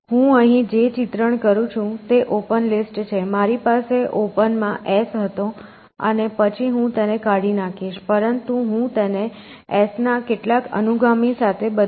હું અહીં જે ચિત્રણ કરું છું તે ઓપન લિસ્ટ છે મારી પાસે ઓપન માં S હતો અને પછી હું તેને કાઢી નાંખીશ પરંતુ હું તેને S ના કેટલાક અનુગામી સાથે બદલીશ